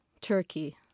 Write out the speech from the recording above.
Turkey